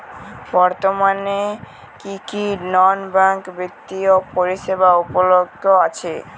বর্তমানে কী কী নন ব্যাঙ্ক বিত্তীয় পরিষেবা উপলব্ধ আছে?